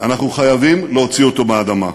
אנחנו חייבים להוציא אותו מהאדמה.